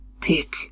Pick